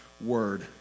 word